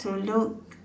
to look